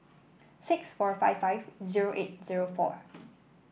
six four five five zero eight zero four